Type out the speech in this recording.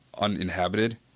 uninhabited